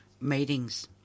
meetings